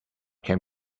can